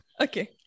Okay